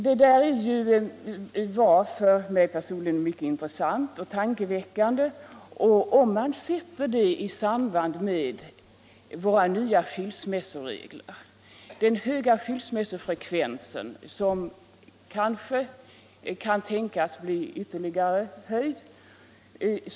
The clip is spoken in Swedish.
Detta var för mig personligen mycket intressant och tankeväckande, med tanke på våra nya skilsmässoregler och den höga skilsmässofrekvensen, som kanske kan tänkas bli ytterligare höjd.